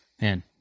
Man